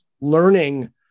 learning